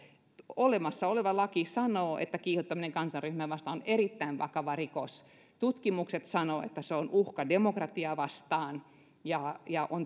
olemassa oleva laki sanoo että kiihottaminen kansanryhmää vastaan on erittäin vakava rikos tutkimukset sanovat että se on uhka demokratiaa vastaan ja ja